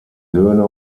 söhne